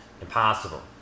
impossible